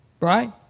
Right